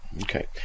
Okay